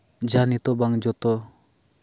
ᱡᱟ ᱱᱤᱛᱚᱜ ᱵᱟᱝ ᱡᱚᱛᱚ